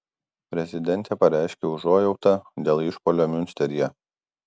prezidentė pareiškė užuojautą dėl išpuolio miunsteryje